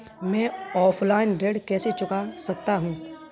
मैं ऑफलाइन ऋण कैसे चुका सकता हूँ?